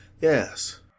Yes